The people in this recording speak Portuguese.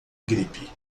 gripe